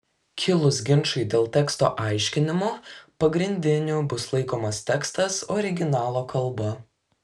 kilus ginčui dėl teksto aiškinimo pagrindiniu bus laikomas tekstas originalo kalba